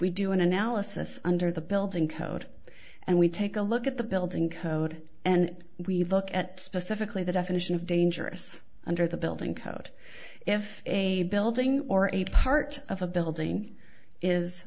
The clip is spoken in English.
we do an analysis under the building code and we take a look at the building code and we look at specifically the definition of dangerous under the building code if a building or a part of a building is